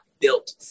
built